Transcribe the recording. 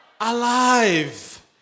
alive